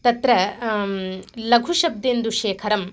तत्र लघुशब्देन्दुशेखरम्